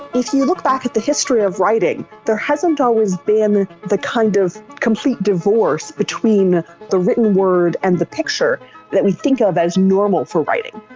if you look back at the history of writing, there hasn't always been the the kind of complete divorce between the written word and the picture that we think of as normal for writing.